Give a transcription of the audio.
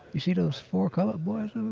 you see those four colored boys